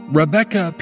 Rebecca